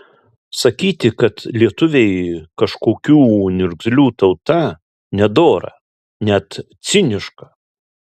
sakyti kad lietuviai kažkokių niurgzlių tauta nedora net ciniška